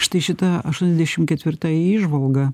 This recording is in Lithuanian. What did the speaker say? štai šita aštuoniasdešimt ketvirta įžvalga